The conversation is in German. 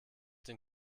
den